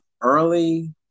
early